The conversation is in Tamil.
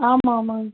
ஆமாம் ஆமாங்க